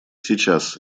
сейчас